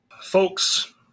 Folks